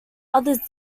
others